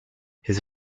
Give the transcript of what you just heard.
his